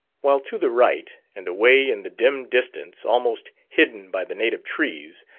while to the right, and away in the dim distance, almost hidden by the native trees,